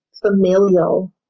familial